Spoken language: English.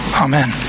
amen